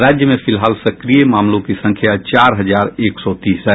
राज्य में फिलहाल सक्रिय मामलों की संख्या चार हजार एक सौ तीस है